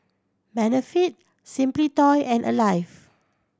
Benefit Simply Toys and Alive